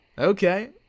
Okay